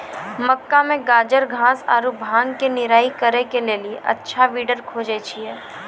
मक्का मे गाजरघास आरु भांग के निराई करे के लेली अच्छा वीडर खोजे छैय?